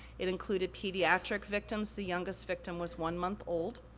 it included pediatric victims, the youngest victim was one month old,